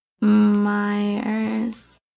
Myers